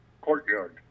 courtyard